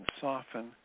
soften